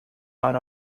out